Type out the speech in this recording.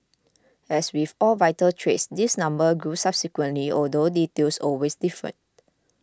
as with all vital trades this number grew subsequently although details always differed